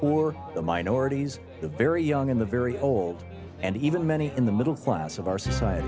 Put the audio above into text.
or the minorities the very young and the very old and even many in the middle class of our society